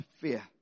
fear